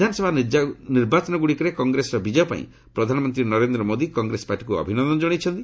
ବିଧାନସଭା ନିର୍ବାଚନଗୁଡ଼ିକରେ କଗ୍ରେସର ବିଜୟ ପାଇଁ ପ୍ରଧାନମନ୍ତ୍ରୀ ନରେନ୍ଦ୍ର ମୋଦି କଂଗ୍ରେସ ପାର୍ଟିକୁ ଅଭିନନ୍ଦନ ଜଣାଇଛନ୍ତି